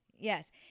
Yes